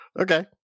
okay